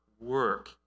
work